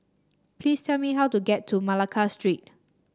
please tell me how to get to Malacca Street